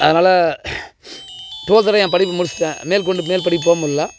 அதனால் ட்வெல்த்தோடு என் படிப்பு முடிச்சுட்டேன் மேல் கொண்டு மேல் படிப்பு போக முடியல